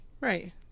right